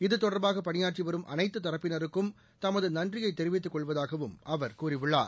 இதுதொடர்பாக பணியாற்றி வரும் அனைத்து தரப்பினருக்கும் தமது நன்றியை தெரிவித்துக் கொள்வதாக அவர் கூறியுள்ளார்